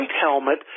helmet